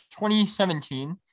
2017